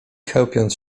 chełpiąc